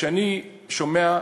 כשאני שומע,